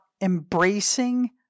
embracing